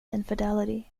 infidelity